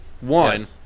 One